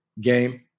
game